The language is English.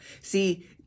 See